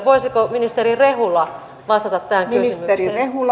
voisiko ministeri rehula vastata tähän kysymykseen